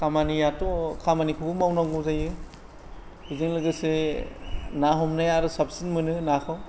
खामानिआथ' खामानिखौबो मावनांगौ जायो बेजों लोगोसे ना हमनाय आरो साबसिन मोनो नाखौ